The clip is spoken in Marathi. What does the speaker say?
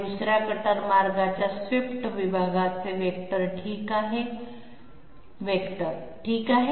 दुसऱ्या कटर मार्गाच्या स्वीप्ट विभागांचे वेक्टर ठीक आहे